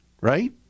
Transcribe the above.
right